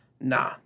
nah